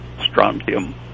strontium